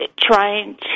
trying